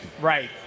right